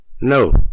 No